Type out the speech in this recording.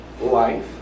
life